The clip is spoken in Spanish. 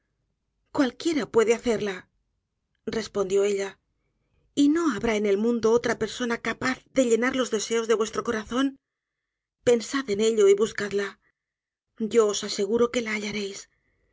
cualquiera puede hacerla respondió ella y no habrá en el mundo otra persona capaz de llenar los deseos de vuestro corazón pensad en ello y buscadla yo os aseguro que la hallareis